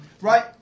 right